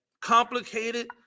complicated